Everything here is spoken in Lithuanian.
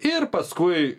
ir paskui